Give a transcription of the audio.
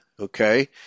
okay